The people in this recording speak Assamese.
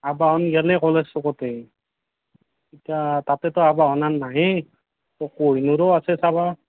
আৱাহন গ'লেই কলেজ চুকতে তাতেতো আৱাহন আৰু নাহে অঁ কহিনুৰো আছে চাবা